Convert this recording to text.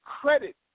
credit